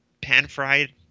pan-fried